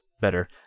better